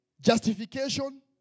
justification